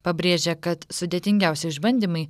pabrėžė kad sudėtingiausi išbandymai